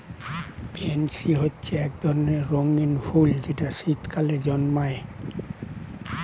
pansy হচ্ছে এক ধরনের রঙিন ফুল যেটা শীতকালে জন্মায়